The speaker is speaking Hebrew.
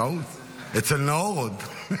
טעות, אצל נאור עוד.